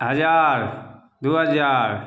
हजार दू हजार